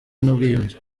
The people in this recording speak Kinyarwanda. n’ubwiyunge